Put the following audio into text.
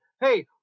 hey